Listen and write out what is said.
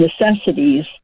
necessities